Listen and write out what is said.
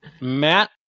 Matt